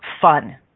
fun